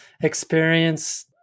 experience